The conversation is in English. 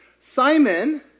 Simon